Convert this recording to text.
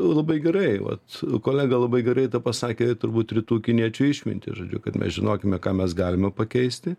labai gerai vat kolega labai gerai tą pasakė turbūt rytų kiniečių išmintį žodžiu kad mes žinokime ką mes galime pakeisti